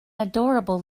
adorable